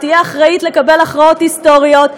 תהיה אחראית לקבל הכרעות היסטוריות,